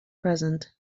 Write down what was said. present